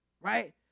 right